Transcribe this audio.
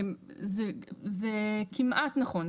זה כמעט נכון.